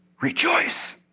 Rejoice